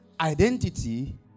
identity